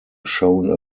shown